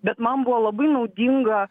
bet man buvo labai naudinga